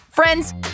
Friends